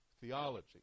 theology